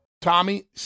Tommy